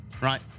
right